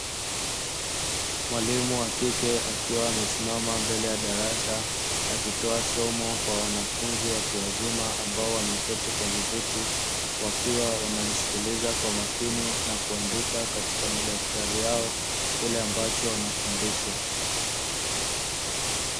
Mwalimu wa kike akiwa amesimama mbele ya darasa, akitoa somo kwa wanafunzi watu wazima ambao wameketi kwenye viti, wakiwa wanamsikiliza kwa makini na kuandika katika madaftari yao kile ambacho wanafundishwa.